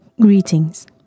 Greetings